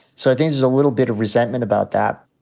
so i think there's a little bit of resentment about that.